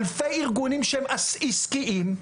אלפי ארגונים שהם עסקיים,